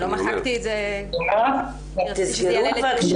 לא מחקתי את זה, כי רציתי שזה יעלה לדיון.